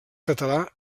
català